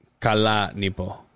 Kalanipo